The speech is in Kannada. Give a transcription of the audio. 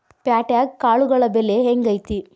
ಪ್ಯಾಟ್ಯಾಗ್ ಕಾಳುಗಳ ಬೆಲೆ ಹೆಂಗ್ ಐತಿ?